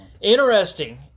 Interesting